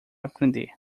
aprender